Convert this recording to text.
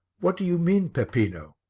what do you mean, peppino?